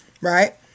Right